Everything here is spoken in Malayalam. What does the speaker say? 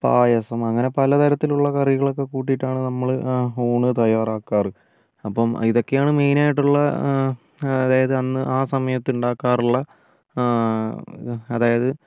പായസം അങ്ങനെ പല തരത്തിലുള്ള കറികളൊക്കെ കൂട്ടീട്ടാണ് നമ്മൾ ഊണ് തയ്യാറാക്കാർ അപ്പം ഇതൊക്കെയാണ് മെയിൻ ആയിട്ടുള്ള അതായത് അന്ന് ആ സമയത്ത് ഉണ്ടാക്കാറുള്ള അതായത്